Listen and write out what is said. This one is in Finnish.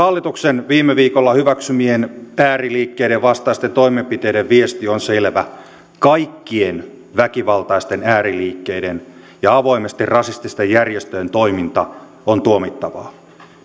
hallituksen viime viikolla hyväksymien ääriliikkeiden vastaisten toimenpiteiden viesti on selvä kaikkien väkivaltaisten ääriliikkeiden ja avoimesti rasististen järjestöjen toiminta on tuomittavaa